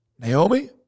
Naomi